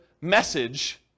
message